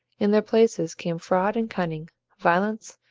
in their places came fraud and cunning, violence,